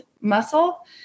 muscle